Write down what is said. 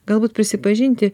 galbūt prisipažinti